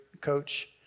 coach